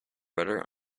better